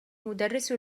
مدرس